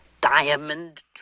diamond